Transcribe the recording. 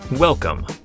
Welcome